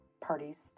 parties